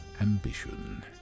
ambition